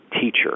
teacher